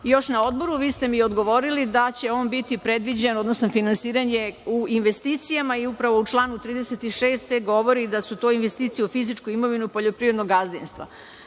Još na Odboru vi ste mi odgovorili da će on biti predviđen, odnosno finansiranje, u investicijama. Upravo u članu 36. se govori da su to investicije u fizičku imovinu poljoprivrednog gazdinstva.